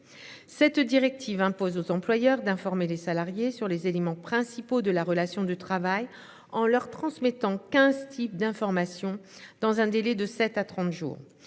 Cette directive impose aux employeurs d'informer les salariés sur les éléments principaux de la relation de travail en leur transmettant 15 types d'informations dans un délai de 7 à 30 jours